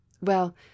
Well